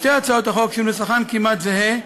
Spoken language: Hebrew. שתי הצעות החוק, שנוסחן כמעט זהה,